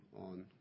on